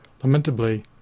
Lamentably